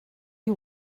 you